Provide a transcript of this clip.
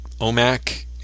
OMAC